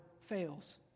fails